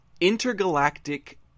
Intergalactic